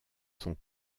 sont